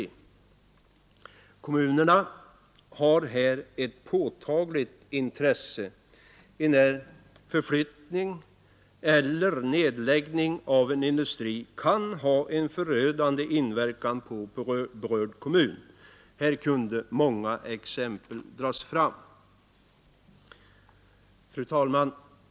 Kommunerna har här ett påtagligt intresse, enär förflyttning eller nedläggning av en industri kan ha en förödande inverkan på berörd kommun. Många exempel på det skulle kunna dras fram. Fru talman!